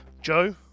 Joe